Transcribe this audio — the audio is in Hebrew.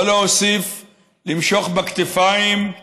לא להוסיף למשוך בכתפיים,